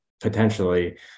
potentially